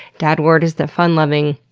dad ward is the fun-loving,